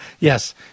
Yes